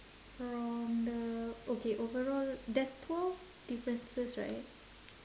from the okay overall there's twelve differences right